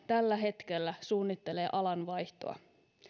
tällä hetkellä alan vaihtoa